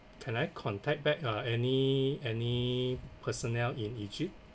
can I contact back a any any personnel in egypt